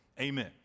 Amen